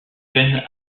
peinent